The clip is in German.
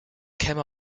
käme